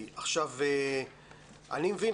אני מבין,